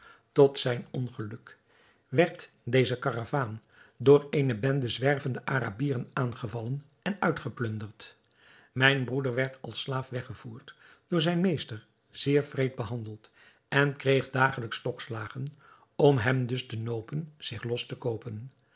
tot zijn ongeluk werd deze karavaan door eene bende zwervende arabieren aangevallen en uitgeplunderd mijn broeder werd als slaaf weggevoerd door zijn meester zeer wreed behandeld en kreeg dagelijks stokslagen om hem dus te nopen zich los te koopen